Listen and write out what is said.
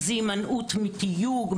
זה הימנעות מתיוג,